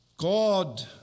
God